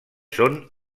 són